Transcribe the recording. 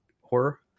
horror